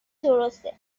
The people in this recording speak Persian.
درسته